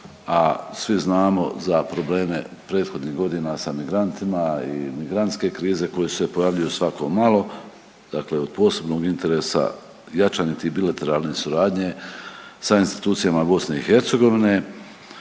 a svi znamo za probleme prethodnih godina sa migrantima i migrantske krize koje se pojavljuju svako malo dakle od posebnog interesa, jačanje te bilateralne suradnje sa institucijama BiH.